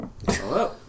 Hello